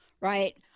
right